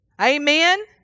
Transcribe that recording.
amen